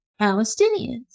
Palestinians